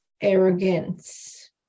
arrogance